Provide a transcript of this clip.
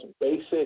basic